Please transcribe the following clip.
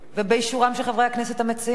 ובאישורם של חברי הכנסת המציעים.